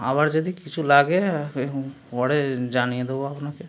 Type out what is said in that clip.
আবার যদি কিছু লাগে পরে জানিয়ে দোবো আপনাকে